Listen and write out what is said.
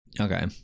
Okay